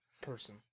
person